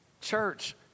Church